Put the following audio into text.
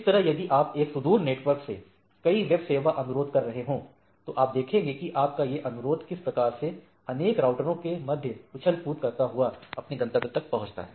इस तरह यदि आप एक सुदूर नेटवर्क से कोई वेब सेवा अनुरोध कर रहे हों तो आप देखेंगे की आपका ये अनुरोध किस प्रकार से अनेक राऊटरों के मध्य उछल कूद करता हुआ अपने गंतव्य तक पहोचता है